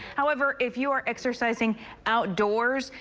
however, if you're exercising outdoors,